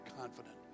confident